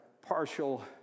partial